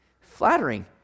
flattering